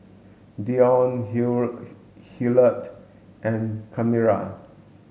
Deon Hillard and Kamari